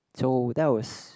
so that was